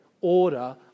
order